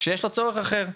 שיש לו צורך אחר.